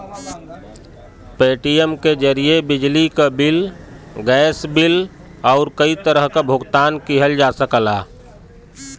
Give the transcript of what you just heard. Paytm के जरिये बिजली क बिल, गैस बिल आउर कई तरह क भुगतान किहल जा सकला